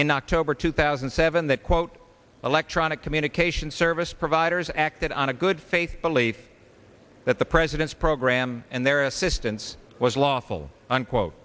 in october two thousand and seven that quote electronic communication service providers acted on a good faith belief that the president's program and their assistance was lawful unquote